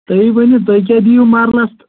تُہی ؤنِو تُہۍ کیاہ دِیو مَرلَس